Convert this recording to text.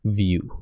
view